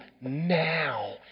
now